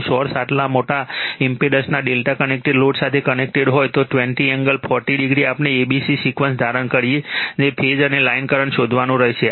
જો સોર્સ આટલા મોટા ઇમ્પેડન્સના ∆ કનેક્ટેડ લોડ સાથે કનેક્ટેડ હોય તો 20 એંગલ 40o આપણે abc સિક્વન્સ ધારણ કરીને ફેઝ અને લાઇન કરંટ શોધવાનો રહેશે